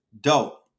Dope